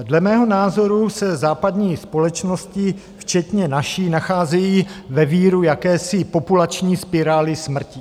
Dle mého názoru se západní společnosti, včetně naší, nacházejí ve víru jakési populační spirály smrti.